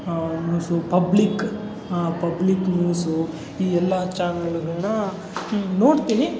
news public public news ಈ ಎಲ್ಲ ಚಾನೆಲ್ಗಳನ್ನ ನೋಡ್ತೀನಿ